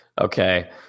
Okay